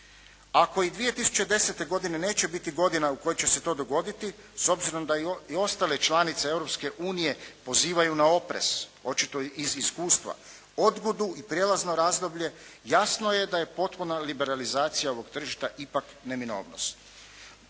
Ako i 2010. godine neće biti godina u kojoj će se to dogoditi, s obzirom da i ostale članice Europske unije pozivaju na oprez, očito iz iskustva, odgodu i prijelazno razdoblje jasno je da je potpuna liberalizacija ovog tržišta ipak neminovnost.